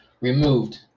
removed